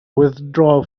withdraw